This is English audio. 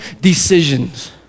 decisions